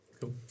Cool